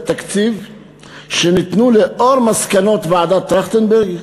תקציב שניתנו לאור מסקנות ועדת טרכטנברג.